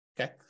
okay